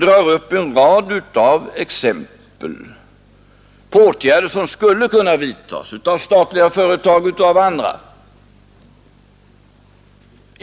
drar upp en rad av exempel på åtgärder som skulle kunna vidtas av statliga företag eller av andra.